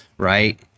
right